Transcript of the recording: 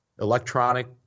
electronic